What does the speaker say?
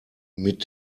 mit